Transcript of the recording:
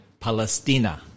Palestina